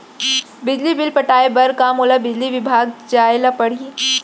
बिजली बिल पटाय बर का मोला बिजली विभाग जाय ल परही?